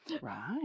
right